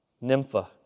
Nympha